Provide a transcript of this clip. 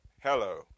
Hello